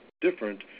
different